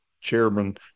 chairman